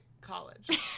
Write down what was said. college